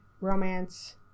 romance